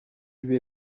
lui